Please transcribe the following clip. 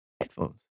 headphones